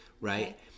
right